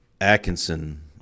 Atkinson